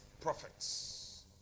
prophets